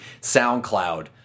SoundCloud